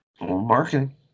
Marketing